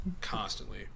constantly